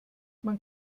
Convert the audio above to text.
man